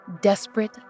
desperate